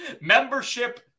Membership